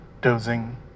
dozing